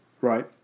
Right